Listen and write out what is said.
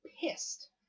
pissed